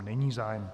Není zájem.